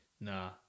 nah